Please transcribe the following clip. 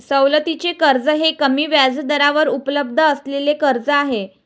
सवलतीचे कर्ज हे कमी व्याजदरावर उपलब्ध असलेले कर्ज आहे